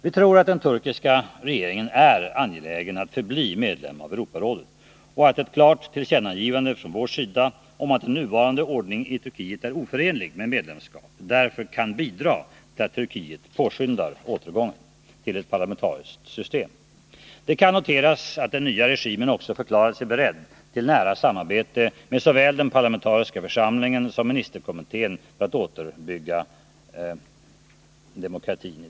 Vi tror att den turkiska regeringen är angelägen att förbli medlem av Europarådet och att ett klart tillkännagivande från vår sida om att den nuvarande ordningen i Turkiet är oförenlig med medlemskap därför kan bidra till att Turkiet påskyndar återgången till ett parlamentariskt system. Det kan noteras att den nya regimen också förklarat sig beredd till nära samarbete med såväl den parlamentariska församlingen som ministerkommittén för att åter bygga upp demokratin.